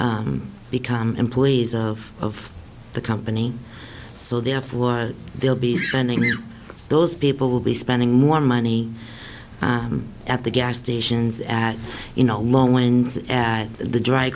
become employees of the company so therefore they'll be friendlier those people will be spending more money at the gas stations at you know long lines at the dry